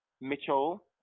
mitchell